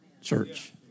church